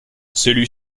celui